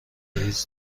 ایدز